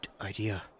idea